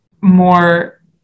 more